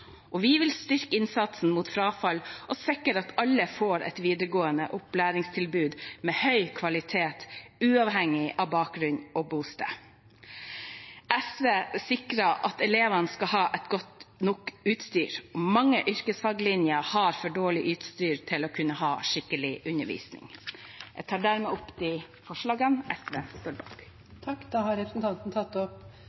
Vi vil styrke innsatsen mot frafall og sikre at alle får et videregående opplæringstilbud med høy kvalitet, uavhengig av bakgrunn og bosted. SV vil sikre at elevene har godt nok utstyr. Mange yrkesfaglinjer har for dårlig utstyr til å kunne ha skikkelig undervisning. Jeg tar dermed opp de forslagene SV